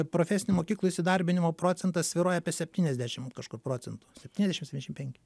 profesinių mokyklų įsidarbinimo procentas svyruoja apie septyniasdešim kažkur procentų septyniasdešim septyniasdešim penki